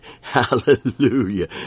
hallelujah